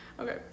Okay